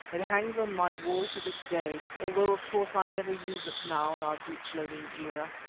it hangs on my wall to this day, although of course i never use it now in our breech-loading era.